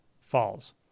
falls